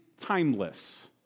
timeless